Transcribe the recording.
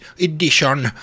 edition